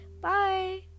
Bye